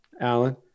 Alan